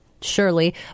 surely